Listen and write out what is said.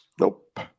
Nope